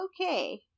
okay